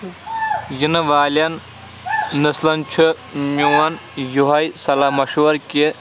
یِنہٕ والٮ۪ن نٔسلَن چھُ میون یوٚہَے صلاح مَشوَر کہِ